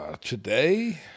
Today –